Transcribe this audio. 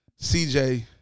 CJ